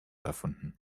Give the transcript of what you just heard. erfunden